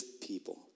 people